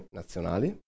nazionali